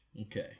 Okay